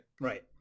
right